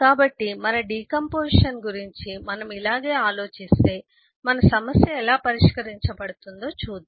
కాబట్టి మన డికాంపొజిషన్ గురించి మనం ఇలాగే ఆలోచిస్తే మన సమస్య ఎలా పరిష్కరించబడుతుందో చూద్దాం